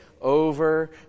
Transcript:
over